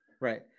Right